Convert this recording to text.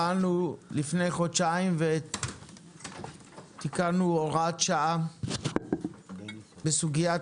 לפני חודשיים ותיקנו הוראת שעה בסוגיית